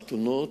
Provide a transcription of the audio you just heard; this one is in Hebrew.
בחתונות.